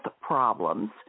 problems